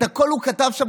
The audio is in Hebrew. את הכול הוא כתב שם.